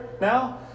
now